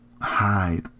hide